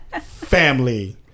Family